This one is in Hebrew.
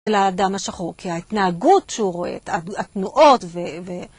לאדם השחור, כי ההתנהגות שהוא רואה, התנועות ו...